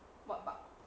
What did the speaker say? what bug